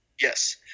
Yes